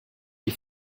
die